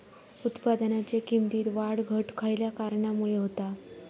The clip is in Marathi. उत्पादनाच्या किमतीत वाढ घट खयल्या कारणामुळे होता?